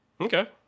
Okay